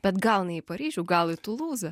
bet gal ne į paryžių gal į tulūzą